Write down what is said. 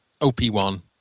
OP1